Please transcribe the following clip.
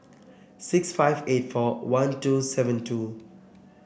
six five eight four one two seven two